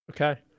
Okay